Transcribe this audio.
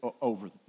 over